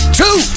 two